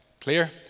Clear